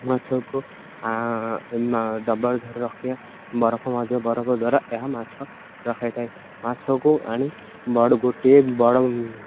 ମାଛକୁ ଡ଼ବାର ଧରି ରଖି ବରଫ ମଧ୍ୟ ବରଫ ଦ୍ୱାରା ଏହା ମାଛ ରଖାଇଥାଏ ମାଛକୁ ଆଣି ବଡ଼ ଗୋଟିଏ ବଡ଼